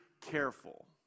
careful